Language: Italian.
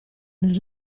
nel